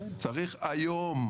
צריך היום,